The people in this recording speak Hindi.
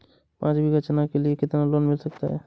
पाँच बीघा चना के लिए कितना लोन मिल सकता है?